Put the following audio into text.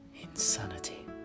Insanity